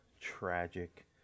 tragic